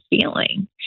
feeling